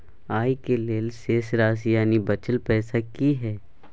आय के लेल शेष राशि यानि बचल पैसा की हय?